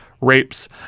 rapes